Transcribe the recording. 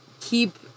keep